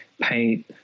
paint